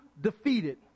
defeated